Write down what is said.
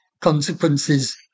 consequences